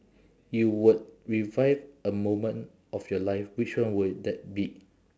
you would revive a moment of your life which one would that be